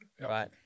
right